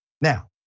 Now